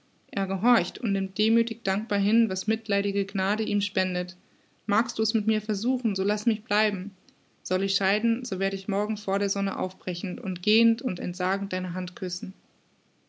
er gehorcht und nimmt de dankbar hin was mitleidige gnade ihm spendet magst du's mit mir versuchen so laß mich bleiben soll ich scheiden so werd ich morgen vor der sonne aufbrechen und gehend und entsagend deine hand küssen